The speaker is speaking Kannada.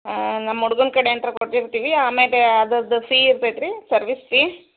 ಹಾಂ ನಮ್ಮ ಹುಡ್ಗನ್ ಕಡೆ ಅಂತ ಕೊಟ್ಟಿರ್ತೀವಿ ಆಮೇಲೆ ಅದ್ರದ್ದು ಫೀ ಇರ್ತೈತ್ರಿ ಸರ್ವೀಸ್ ಫಿ